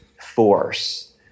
force